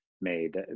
made